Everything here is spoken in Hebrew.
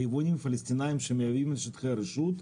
היבואנים הפלסטינאים שמייבאים לשטחי הרשות,